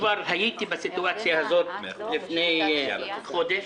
בסיטואציה הזאת לפני חודש.